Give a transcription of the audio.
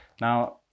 now